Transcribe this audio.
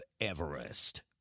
Everest